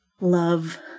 Love